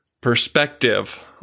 perspective